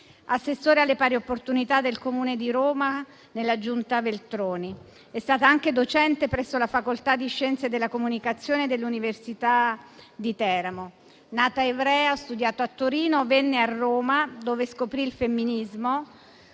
assessore alle pari opportunità del Comune di Roma nella Giunta Veltroni. È stata anche docente presso la facoltà di Scienze della comunicazione dell'Università di Teramo. Nata ad Ivrea, ha studiato a Torino. Venne a Roma, dove scoprì il femminismo